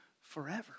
forever